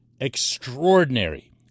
extraordinary